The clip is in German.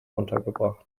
untergebracht